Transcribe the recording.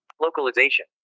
Localization